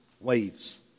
waves